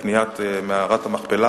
מקניית מערת המכפלה.